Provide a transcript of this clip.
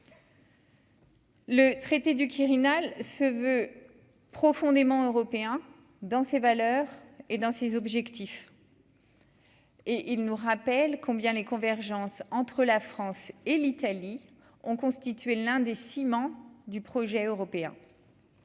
Le traité du Quirinal se veut profondément européen dans ses valeurs et dans ses objectifs. Et il nous rappelle combien les convergences entre la France et l'Italie ont constitué l'un des ciments du projet européen,